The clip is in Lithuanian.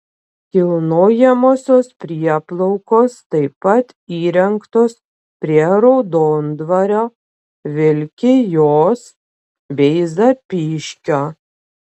kilnojamosios prieplaukos taip pat įrengtos prie raudondvario vilkijos bei zapyškio